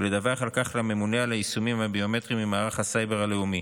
ולדווח על כך לממונה על היישומים הביומטריים ממערך הסייבר הלאומי.